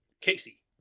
Casey